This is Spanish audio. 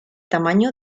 tamaño